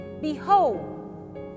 Behold